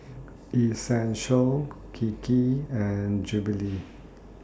Essential Kiki and Jollibee